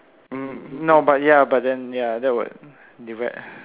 mm no but ya but then ya that would divide uh